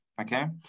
Okay